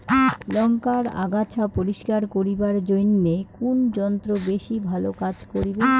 লংকার আগাছা পরিস্কার করিবার জইন্যে কুন যন্ত্র বেশি ভালো কাজ করিবে?